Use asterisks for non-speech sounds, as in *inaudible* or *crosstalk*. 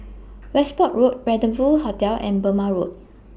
*noise* Westbourne Road Rendezvous Hotel and Burmah Road